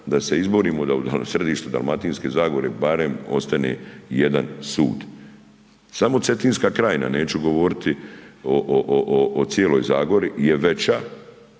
da se izborimo da u središtu Dalmatinske zagore barem ostane jedan sud. Samo Cetinska krajina neću govoriti o cijeloj Zagori je veća